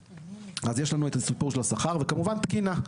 אז יש לנו את הסיפור של השכר, וכמובן תקינה.